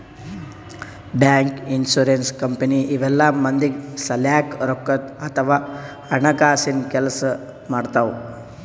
bank, insurance company ಇವೆಲ್ಲ ಮಂದಿಗ್ ಸಲ್ಯಾಕ್ ರೊಕ್ಕದ್ ಅಥವಾ ಹಣಕಾಸಿನ್ ಕೆಲ್ಸ್ ಮಾಡ್ತವ್